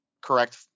correct